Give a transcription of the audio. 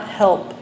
help